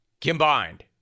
combined